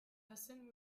hasten